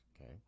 okay